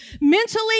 mentally